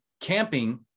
camping